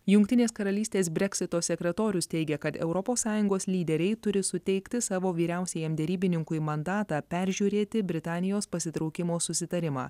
jungtinės karalystės breksito sekretorius teigia kad europos sąjungos lyderiai turi suteikti savo vyriausiajam derybininkui mandatą peržiūrėti britanijos pasitraukimo susitarimą